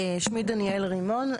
שני דניאל רימון,